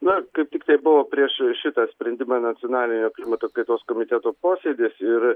na kaip tiktai buvo prieš šitą sprendimą nacionalinio klimato kaitos komiteto posėdis ir